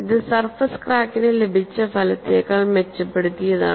ഇത് സർഫസ് ക്രാക്കിന് ലഭിച്ച ഫലത്തെക്കാൾ മെച്ചപ്പെടുത്തിയതാണ്